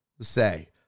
say